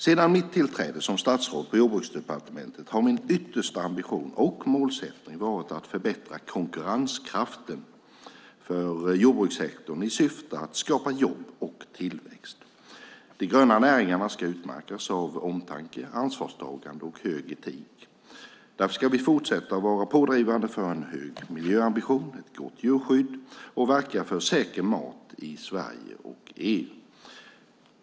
Sedan mitt tillträde som statsråd på Jordbruksdepartementet har min yttersta ambition och målsättning varit att förbättra konkurrenskraften för jordbrukssektorn i syfte att skapa jobb och tillväxt. De gröna näringarna ska utmärkas av omtanke, ansvarstagande och hög etik. Därför ska vi fortsätta vara pådrivande för en hög miljöambition, ett gott djurskydd och verka för säker mat i Sverige och EU.